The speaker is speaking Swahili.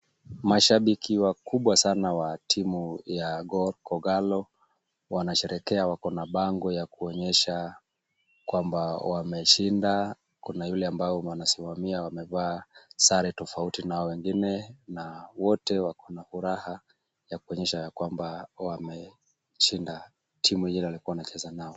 Mashabiki wakubwa sana wa timu ya Kogalo, wanasherekea wako na bango ya kuonyesha kwamba wameshinda. Kuna yule ambao wamesimamia wamevaa sare tofauti na hao wengine na wote wako na furaha ya kuonyesha ya kwamba wameshinda timu ile walikuwa wanacheza nayo.